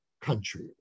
country